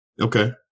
Okay